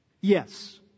Yes